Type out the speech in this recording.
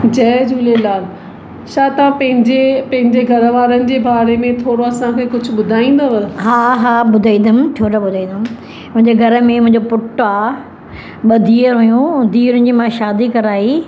जय झूलेलाल छा तव्हां पंहिंजे पंहिंजे घरवारनि जे बारे में थोरो असांखे कुझु ॿुधाईंदव हा हा ॿुधाईंदमि छो न ॿुधाईंदमि मुंहिंजे घर में मुंहिंजो पुट आहे ॿ धीअर हुयूं धीअरुनि जी मां शादी कराई